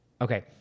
Okay